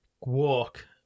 walk